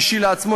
אישי לעצמו,